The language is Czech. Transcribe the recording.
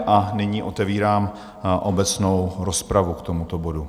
A nyní otevírám obecnou rozpravu k tomuto bodu.